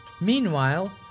Meanwhile